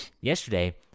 yesterday